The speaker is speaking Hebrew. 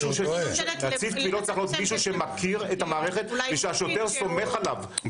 נציב קבילות צריך להיות מישהו שמכיר את המערכת ושהשוטר סומך עליו,